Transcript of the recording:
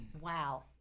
Wow